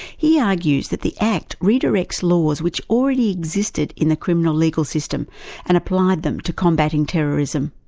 he argues that the act redirects laws which already existed in the criminal legal system and applied them to combating terrorism.